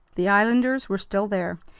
the islanders were still there,